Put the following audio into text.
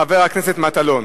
חבר הכנסת מטלון.